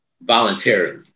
voluntarily